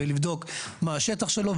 ולבדו קמה השטח שלו,